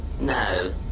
No